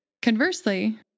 Conversely